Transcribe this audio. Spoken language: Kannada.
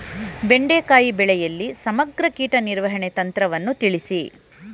ಬೆಂಡೆಕಾಯಿ ಬೆಳೆಯಲ್ಲಿ ಸಮಗ್ರ ಕೀಟ ನಿರ್ವಹಣೆ ತಂತ್ರವನ್ನು ತಿಳಿಸಿ?